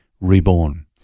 reborn